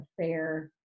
fair